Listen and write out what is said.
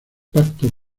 pacto